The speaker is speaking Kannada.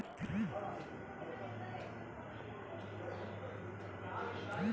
ಅತಿ ದೊಡ್ಡ ಕೋ ಆಪರೇಟಿವ್ ಬ್ಯಾಂಕ್ಗಳಲ್ಲಿ ಸರಸ್ವತ್ ಕೋಪರೇಟಿವ್ ಬ್ಯಾಂಕ್ ಸಹ ಒಂದು